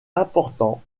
important